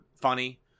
funny